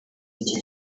iki